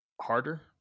harder